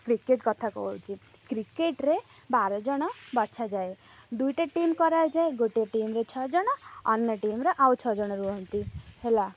cricket କଥା କହୁଛି କ୍ରିକେଟ୍ରେ ବାର ଜଣ ବଛାଯାଏ ଦୁଇଟା ଟିମ୍ କରାଯାଏ ଗୋଟିଏ ଟିମ୍ରେ ଛଅ ଜଣ ଅନ୍ୟ ଟିମ୍ରେ ଆଉ ଛଅ ଜଣ ରୁହନ୍ତି ହେଲା